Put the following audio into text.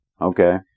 Okay